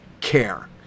care